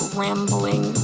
rambling